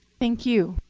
thank you.